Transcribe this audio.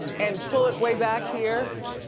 and pull it way back here,